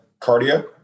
cardio